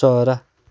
चरा